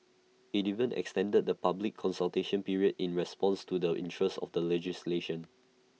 IT even extended the public consultation period in response to the interest in the legislation